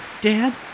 Dad